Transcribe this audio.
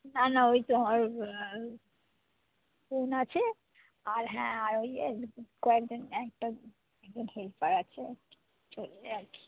না না ওই তো ওই ফোন আছে আর হ্যাঁ আর ওই কয়েকজন একটা একজন হেল্পার আছে চলে যায় আর কি